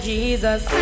Jesus